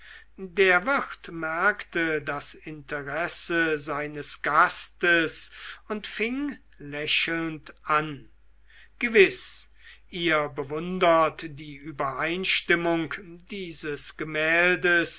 der wirt merkte das interesse seines gastes und fing lächelnd an gewiß ihr bewundert die übereinstimmung dieses gebäudes